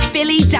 Billy